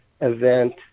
event